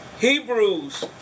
Hebrews